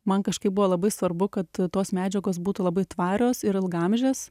man kažkaip buvo labai svarbu kad tos medžiagos būtų labai tvarios ir ilgaamžės